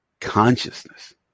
consciousness